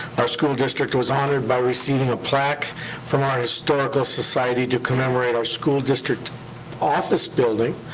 our school district was honored by receiving a plaque from our historical society to commemorate our school district office building.